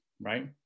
right